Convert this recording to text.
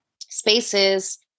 spaces